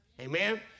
Amen